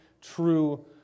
true